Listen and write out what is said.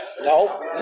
no